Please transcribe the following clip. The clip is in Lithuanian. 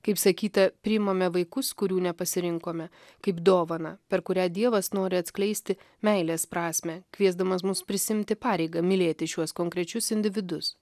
kaip sakyta priimame vaikus kurių nepasirinkome kaip dovaną per kurią dievas nori atskleisti meilės prasmę kviesdamas mus prisiimti pareigą mylėti šiuos konkrečius individus